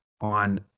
on